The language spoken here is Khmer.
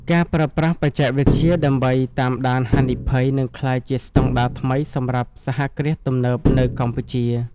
ការប្រើប្រាស់បច្ចេកវិទ្យាដើម្បីតាមដានហានិភ័យ នឹងក្លាយជាស្ដង់ដារថ្មីសម្រាប់សហគ្រាសទំនើបនៅកម្ពុជា។